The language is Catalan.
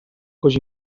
coix